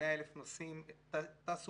100,000 נוסעים טסו